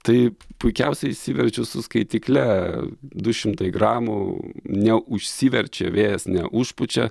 tai puikiausiai išsiverčiu su skaitykle du šimtai gramų neužsiverčia vėjas neužpučia